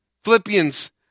Philippians